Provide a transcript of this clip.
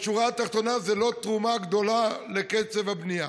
בשורה התחתונה זה לא תרומה גדולה לקצב הבנייה.